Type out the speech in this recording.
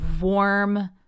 warm